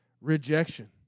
rejection